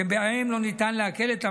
שבהם לא ניתן לעקל את המענק,